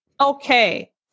Okay